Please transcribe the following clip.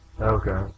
Okay